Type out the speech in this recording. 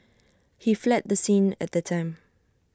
he fled the scene at the time